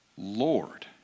Lord